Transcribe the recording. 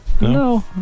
No